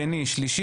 שני ושלישי,